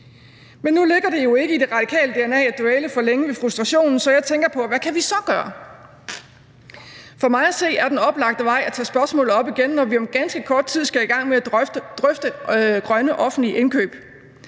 Men nu ligger det jo ikke i det radikale dna at dvæle for længe ved frustrationen, så jeg tænker på: Hvad kan vi så gøre? For mig at se er den oplagte vej at tage spørgsmålet op igen, når vi om ganske kort tid skal i gang med at drøfte grønne offentlige indkøb.